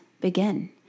begin